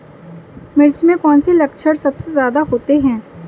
मिर्च में कौन से लक्षण सबसे ज्यादा होते हैं?